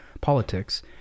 politics